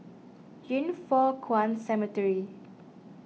Yin Foh Kuan Cemetery